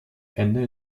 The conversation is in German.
ende